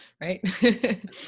right